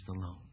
alone